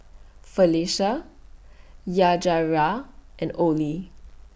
Felicia Yajaira and Oley